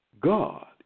God